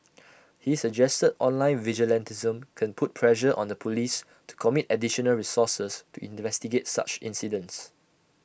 he suggested online vigilantism can put pressure on the Police to commit additional resources to investigate such incidents